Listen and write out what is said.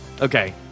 Okay